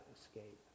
escape